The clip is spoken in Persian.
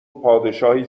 پادشاهی